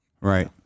Right